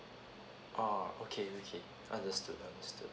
ah okay okay understood understood